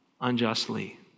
unjustly